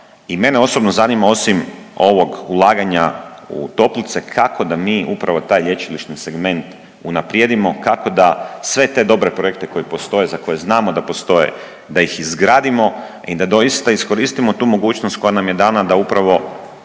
I mene osobno zanima osim ovog ulaganja u toplice kako da mi upravo taj lječilišni segment unaprijedimo, kako da sve te dobre projekte koji postoje, za koje znamo da postoje da ih izgradimo i da doista iskoristimo tu mogućnost koja nam je dana da upravo